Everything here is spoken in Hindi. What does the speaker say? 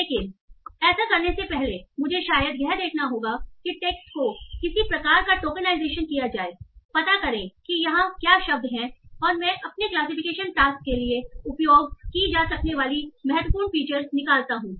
लेकिन ऐसा करने से पहले मुझे शायद यह देखना होगा कि टेक्स्ट को किसी प्रकार का टोकेनाइजेशन किया जाए पता करें कि यहां क्या शब्द हैंऔर मैं अपने क्लासिफिकेशन टास्क के लिए उपयोग की जा सकने वाली महत्वपूर्ण फीचर्स निकालता हूँ